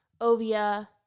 Ovia